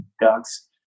ducks